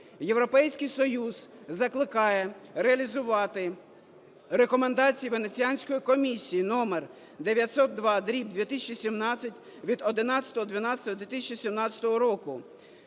Європейський Союз закликає реалізувати Рекомендації Венеціанської комісії № 902/2017 від 11.12.2017 року,